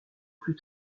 plus